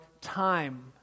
time